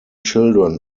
children